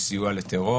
זה בדיוק כמו פתיחת